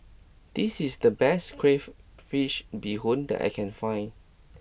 this is the best Crayfish Beehoon that I can find